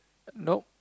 nope